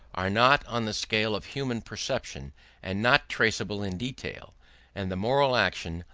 are not on the scale of human perception and not traceable in detail and the moral action,